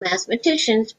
mathematicians